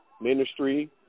ministry